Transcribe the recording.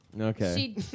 Okay